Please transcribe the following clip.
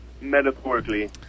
Metaphorically